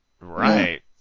Right